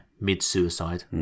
mid-suicide